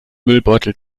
müllbeutel